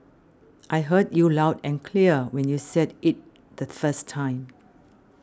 I heard you loud and clear when you said it the first time